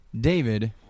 David